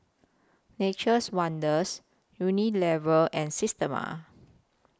Nature's Wonders Unilever and Systema